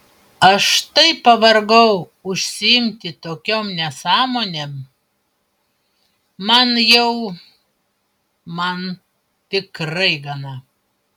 aš taip pavargau užsiimti tokiom nesąmonėm man jau man tikrai gana